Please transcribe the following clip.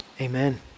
amen